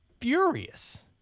furious